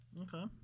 Okay